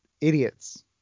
idiots